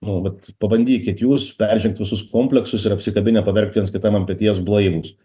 nu vat pabandykit jūs peržengt visus kompleksus ir apsikabinę paverkt viens kitam ant peties blaivūs